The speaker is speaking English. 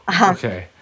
okay